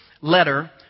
letter